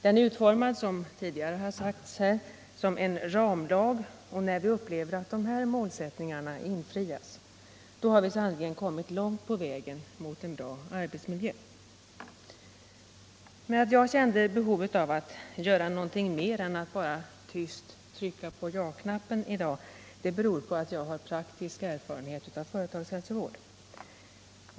Den är utformad, som tidigare har sagts här, som en ramlag, och när vi upplever att de här målsättningarna infrias, då har vi sannerligen kommit långt på vägen = Arbetsmiljölag, mot en bra arbetsmiljö. m.m. Att jag kände behov av att göra något mer än att bara tyst trycka på ja-knappen i dag, beror på att jag har praktisk erfarenhet av företagshälsovård.